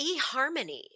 eHarmony